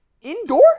Indoor